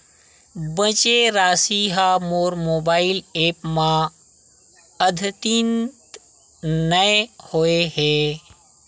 बचे राशि हा मोर मोबाइल ऐप मा आद्यतित नै होए हे